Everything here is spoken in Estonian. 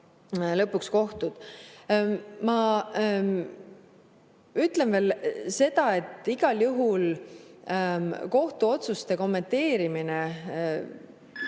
lõpuks kohtud. Ma ütlen veel seda, et kohtuotsuste kommenteerimine